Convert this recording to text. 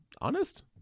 honest